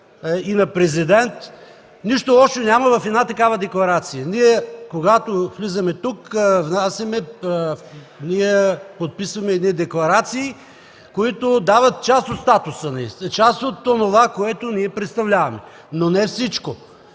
и за президент. Нищо лошо няма в такава декларация. Когато влизаме тук, ние подписваме декларации, които дават част от статуса ни, част от онова, което представляваме, но не всичко!